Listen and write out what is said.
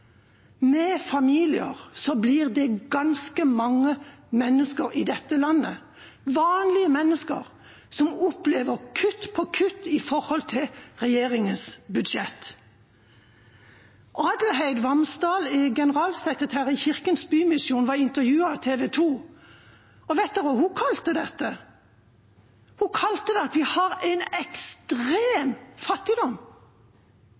Med familier blir det ganske mange mennesker i dette landet – vanlige mennesker – som opplever kutt på kutt som følge av regjeringas budsjett. Adelheid Hvambsal, generalsekretær i Kirkens Bymisjon, ble intervjuet av TV 2. Og vet dere hva hun kalte dette? Hun kalte det en ekstrem fattigdom – en